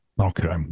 Okay